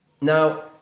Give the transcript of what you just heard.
Now